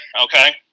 Okay